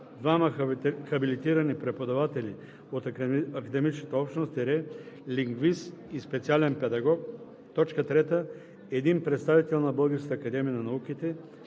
двама хабилитирани преподаватели от академичната общност – лингвист и специален педагог; 3. един представител на Българската академия на науките;